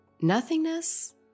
Nothingness